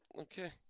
Okay